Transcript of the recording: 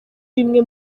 bimwe